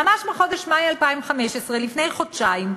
ממש בחודש מאי 2015, לפני חודשיים,